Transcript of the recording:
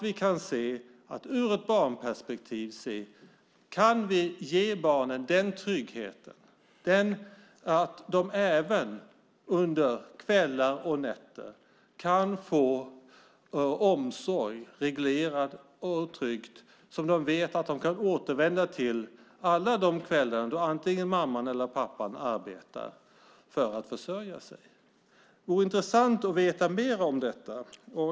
Vi ska ur ett barnperspektiv se på om vi kan ge barnen den tryggheten att de även under kvällar och nätter kan få reglerad och trygg omsorg som de vet att de kan återvända till alla de kvällar då antingen mamma eller pappa arbetar för att försörja sig. Det vore intressant att få veta mer om detta.